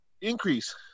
increase